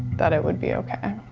that it would be okay.